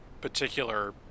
particular